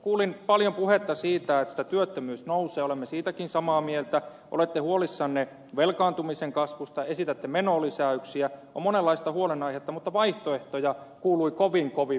kuulin paljon puhetta siitä että työttömyys nousee olemme siitäkin samaa mieltä olette huolissanne velkaantumisen kasvusta esitätte menolisäyksiä on monenlaista huolenaihetta mutta vaihtoehtoja kuului kovin kovin vähän